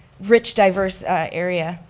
rich, diverse area.